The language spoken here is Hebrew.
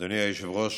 אדוני היושב-ראש,